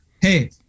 Hey